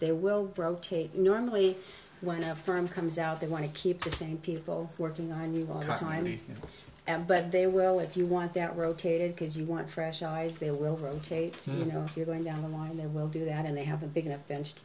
they will rotate normally when a firm comes out they want to keep the same people working on iraq i mean but they will if you want that rotated because you want fresh eyes they will rotate you know you're going down the line they will do that and they have a big enough bench to